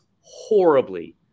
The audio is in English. horribly